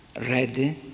Ready